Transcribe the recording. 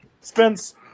Spence